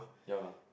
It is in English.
ya lah